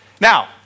now